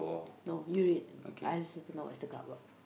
no you read I also don't know what's the card about